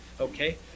okay